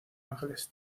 ángeles